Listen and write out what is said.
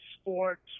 sports